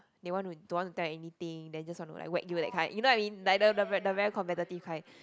they want to don't want to tell anything then just want to like whack you that kind you know what I mean like the the the very competitive kind